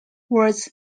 was